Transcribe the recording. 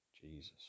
Jesus